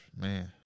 Man